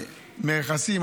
מרכסים,